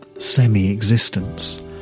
Semi-existence